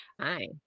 Hi